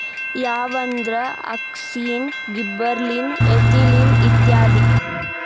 ಯಾವಂದ್ರ auxin, gibberellin, ethylene ಇತ್ಯಾದಿ